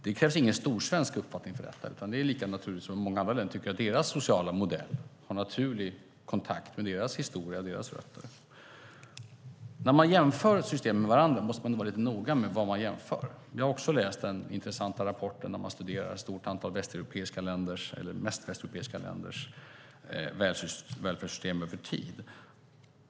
Det krävs ingen storsvensk uppfattning för detta, utan det är lika naturligt som att man i många andra länder tycker att deras sociala modell har naturlig kontakt med deras historia och rötter. När man jämför systemen med varandra måste man vara noga med vad man jämför med. Jag har också läst den intressanta rapporten som studerar mestadels västeuropeiska länders välfärdssystem över tid.